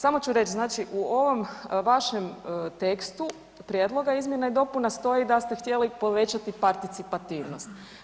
Samo ću reći, znači u ovom vašem tekstu prijedloga izmjena i dopuna stoji da ste htjeli povećati parcitipativnost.